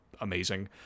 amazing